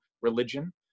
religion